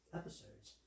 episodes